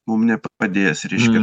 mum nepadės reiškia